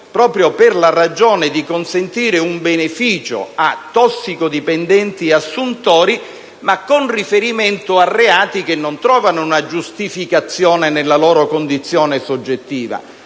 proprio per la ragione che essa consente un beneficio a tossicodipendenti e assuntori di sostanze stupefacenti con riferimento a reati che non trovano una giustificazione nella loro condizione soggettiva.